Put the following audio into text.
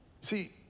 See